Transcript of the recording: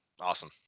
awesome